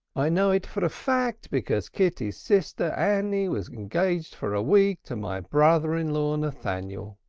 i know it for a fact, because kitty's sister annie was engaged for a week to my brother-in-law nathaniel.